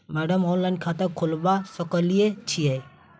Madam online खाता खोलबा सकलिये छीयै?